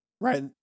Right